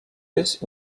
this